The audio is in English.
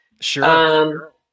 Sure